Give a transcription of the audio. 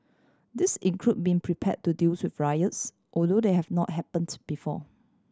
these include being prepared to deals with riots although they have not happened before